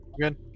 Good